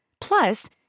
Plus